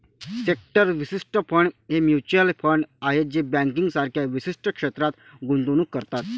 sector विशिष्ट fund हे mutual fund आहेत जे बँकिंग सारख्या विशिष्ट क्षेत्रात गुंतवणूक करतात